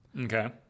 Okay